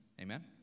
Amen